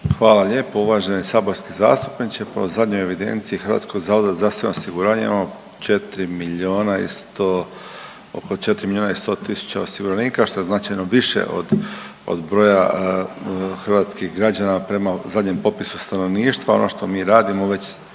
Hvala lijepo. Uvaženi saborski zastupniče pa u zadnjoj evidenciji Hrvatskog zavoda za zdravstveno osiguranje imamo 4 milijuna i sto, oko 4 milijuna i 100 000 osiguranika što je značajno više od broja hrvatskih građana prema zadnjem popisu stanovništva. Ono što mi radimo već